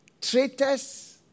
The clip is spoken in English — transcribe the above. traitors